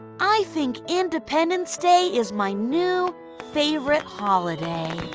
i think independence day is my new favorite holiday.